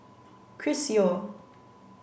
Chris Yeo